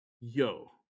yo